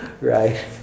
right